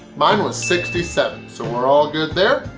mine was sixty seven, so we're all good there.